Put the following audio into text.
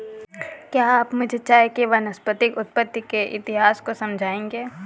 क्या आप मुझे चाय के वानस्पतिक उत्पत्ति के इतिहास को समझाएंगे?